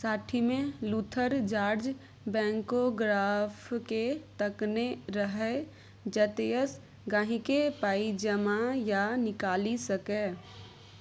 साठिमे Luther George बैंकोग्राफकेँ तकने रहय जतयसँ गांहिकी पाइ जमा या निकालि सकै